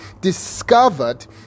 discovered